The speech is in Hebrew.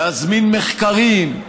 להזמין מחקרים,